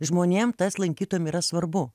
žmonėm tas lankytojam yra svarbu